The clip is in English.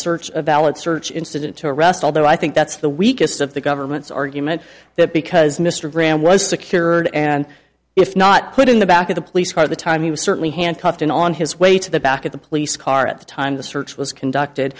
search a valid search incident to arrest although i think that's the weakest of the government's argument that because mr graham was secured and if not put in the back of the police car the time he was certainly handcuffed and on his way to the back of the police car at the time the search was conducted